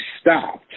stopped